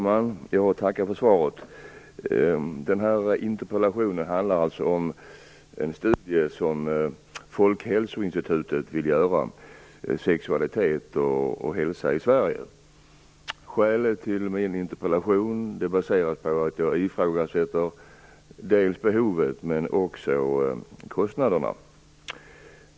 Fru talman! Jag tackar för svaret. Den här interpellationen handlar om en studie som Folkhälsoinstitutet vill göra om sexualitet och hälsa i Sverige. Min interpellation baserar sig på att jag ifrågasätter dels behovet av, dels kostnaderna för denna studie.